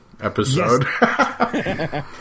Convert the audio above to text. episode